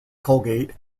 colgate